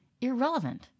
irrelevant